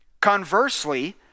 Conversely